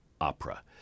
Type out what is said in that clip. opera